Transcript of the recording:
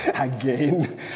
again